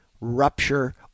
rupture